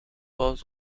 was